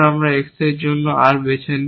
আমরা যদি X এর জন্য R বেছে নিই